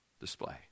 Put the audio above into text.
display